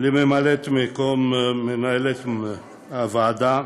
לממלאת מקום מנהלת הוועדה,